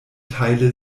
teile